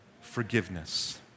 forgiveness